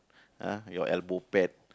ah your elbow pad